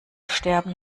sterben